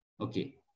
Okay